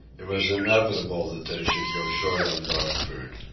it was inevitable that they should go short on dog-food.